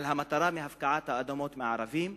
על המטרה של הפקעת האדמות מהערבים,